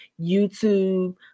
YouTube